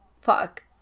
fuck